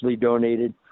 donated